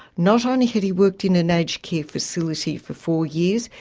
not only had he worked in an aged care facility for four years,